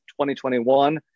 2021